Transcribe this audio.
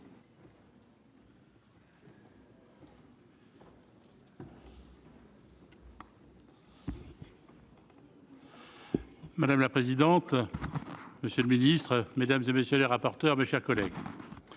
Madame la présidente, monsieur le ministre, mesdames et messieurs les rapporteurs, mes chers collègues,